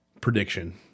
prediction